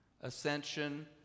ascension